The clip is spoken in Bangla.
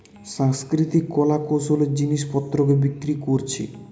সাংস্কৃতিক কলা কৌশলের জিনিস পত্রকে বিক্রি কোরছে